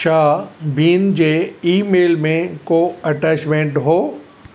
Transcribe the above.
छा बीन जे ईमेल में को अटैचमेंट हुओ